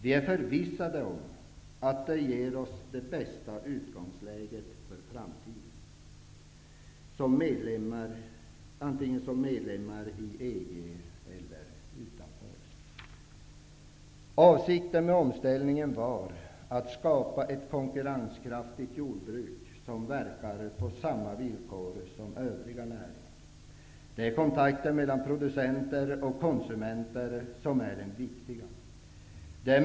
Vi är förvissade om att det ger oss det bästa utgångsläget för framtiden, som medlemmar i EG eller utanför. Avsikten med omställningen var att skapa ett konkurrenskraftigt jordbruk som verkar på samma villkor som övriga näringar. Det är kontakten mellan producenter och konsumenter som är det viktiga.